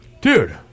dude